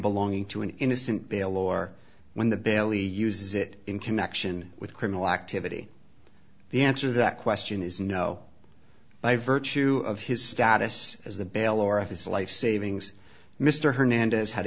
belonging to an innocent bail or when the bailey uses it in connection with criminal activity the answer that question is no by virtue of his status as the bail or if his life savings mr hernandez had